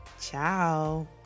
Ciao